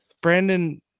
Brandon –